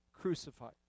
crucified